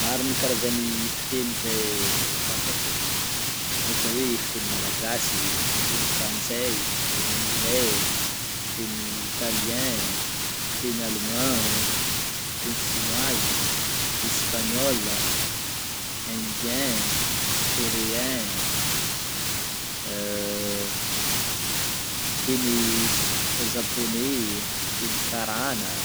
Maro karazan'ny fiteny zay fantako ôhatra hoe fiteny malagasy, fiteny frantsay, fiteny anglais, fiteny italien, fiteny allemand, fiteny chinoise, espagnol, indien, coréen, fiteny s- zaponey, fiteny karana.